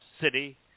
city